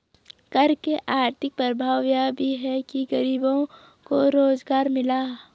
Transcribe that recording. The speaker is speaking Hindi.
कर के आर्थिक प्रभाव यह भी है कि गरीबों को रोजगार मिला